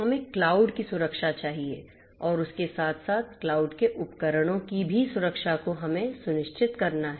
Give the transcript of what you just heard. हमें क्लाउड की सुरक्षा चाहिए और उसके साथ साथ क्लाउड के उपकरणों कि भी सुरक्षा को हमें सुनिश्चित करना है